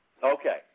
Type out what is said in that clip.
Okay